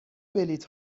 بلیط